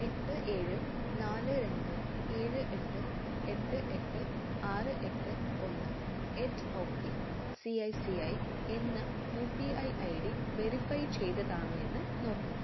എട്ട് ഏഴ് നാല് രണ്ട് ഏഴ് എട്ട് എട്ട് എട്ട് ആറ് എട്ട് ഒന്ന് at O K C I C I എന്ന U P I I D verify ചെയ്തതാണോ എന്ന് നോക്കുക